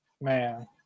Man